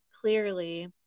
clearly